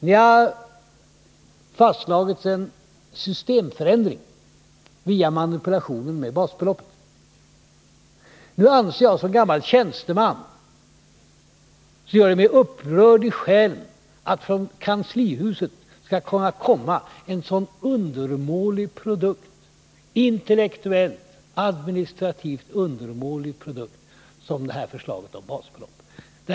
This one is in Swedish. Det har fastslagits en systemförändring via manipulationen med basbeloppet. Som gammal tjänsteman blir jag upprörd i själen över att det från kanslihuset skall kunna komma en intellektuellt och administrativt så undermålig produkt som det här förslaget om basbeloppet.